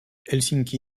helsinki